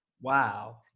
Wow